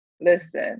listen